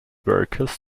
workers